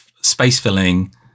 space-filling